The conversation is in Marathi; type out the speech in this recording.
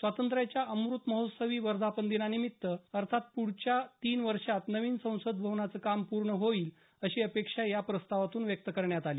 स्वातंत्र्यांच्या अमृतमहोत्सवी वर्धापनदिनापर्यंत अर्थात पुढच्या तीन वर्षांत नवीन संसद भवनाचं काम पूर्ण होईल अशी अपेक्षा या प्रस्तावातून व्यक्त करण्यात आली